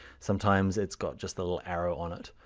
sometimes it's got just a little arrow on it.